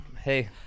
hey